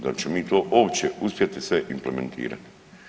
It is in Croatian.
Da li ćemo mi to uopće uspjeti sve implementirati?